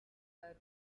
ойр